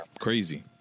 crazy